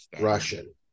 Russian